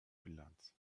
bilanz